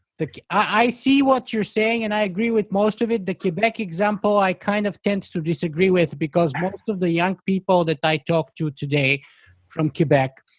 i see what your saying and i agree with most of it, the quebec example i kind of tend to disagree with because most of the young people that i talked to today from quebec